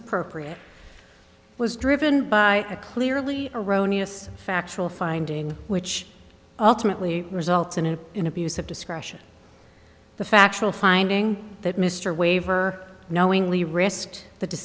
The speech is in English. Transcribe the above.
appropriate was driven by a clearly erroneous factual finding which ultimately results in a in abuse of discretion the factual finding that mr waiver knowingly risked